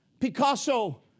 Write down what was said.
Picasso